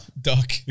Duck